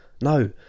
No